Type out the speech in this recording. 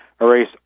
erase